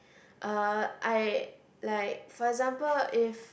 uh I like for example if